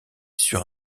sur